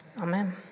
Amen